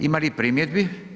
Ima li primjedbi?